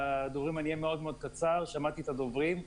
אני אהיה מאוד מאוד קצר, שמעתי את הדוברים.